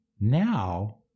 Now